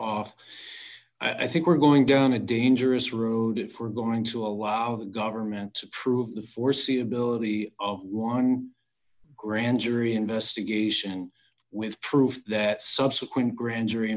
off i think we're going down a dangerous route if we're going to allow our government to prove the foreseeability of one grand jury investigation with proof that subsequent grand jury